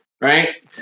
Right